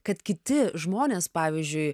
kad kiti žmonės pavyzdžiui